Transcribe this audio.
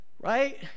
right